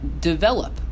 develop